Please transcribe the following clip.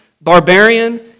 barbarian